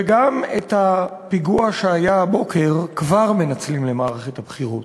וגם את הפיגוע שהיה הבוקר כבר מנצלים למערכת הבחירות.